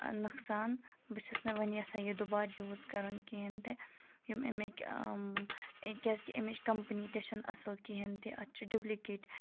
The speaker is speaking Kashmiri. نۄقصان بہٕ چھس نہٕ وۄنۍ یَژھان یہِ دُبارٕ یوٗز کَرُن کِہیٖنۍ تہِ یِم اَمِکۍ کیٛازِکہِ اَمِچ کَمپٔنی تہِ چھَنہٕ اَصٕل کِہیٖنۍ تہِ اَتھ چھِ ڈُبلِکیٹ